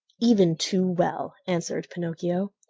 even too well, answered pinocchio.